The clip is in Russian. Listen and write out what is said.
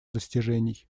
достижений